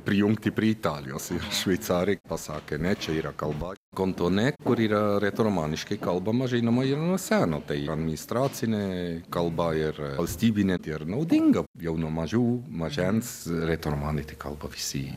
prijungti prie italijos ir šveicarai pasakė ne čia yra kalba kontone kur yra retoromaniškai kalbama žinoma jau nuo seno tai administracinė kalba ir valstybinė tai ar naudinga jau nuo mažų mažens retoromanai tai kalba visi